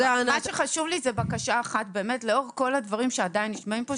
יש לי בקשה אחת שהיא חשובה לי לאור כל הדברים שעדיין נשמעים כאן,